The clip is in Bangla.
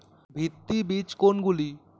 ভিত্তি বীজ কোনগুলি?